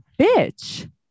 bitch